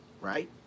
right